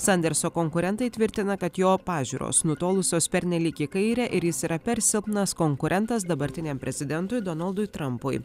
sanderso konkurentai tvirtina kad jo pažiūros nutolusios pernelyg į kairę ir jis yra per silpnas konkurentas dabartiniam prezidentui donaldui trampui